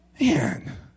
Man